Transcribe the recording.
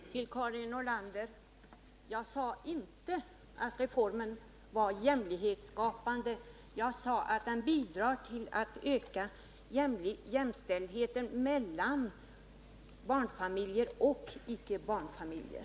Herr talman! Till Karin Nordlander: Jag sade inte att reformen var jämlikhetsskapande. Jag sade att den bidrar till att öka jämställdheten mellan barnfamiljer och icke barnfamiljer.